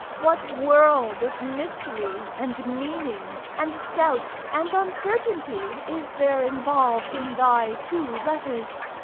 what world of mystery, and meaning, and doubt, and uncertainty is there involved in thy two letters!